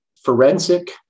forensic